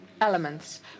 elements